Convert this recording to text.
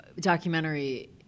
documentary